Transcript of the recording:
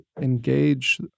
engage